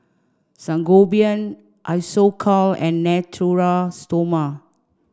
Sangobion Isocal and Natura Stoma